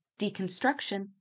deconstruction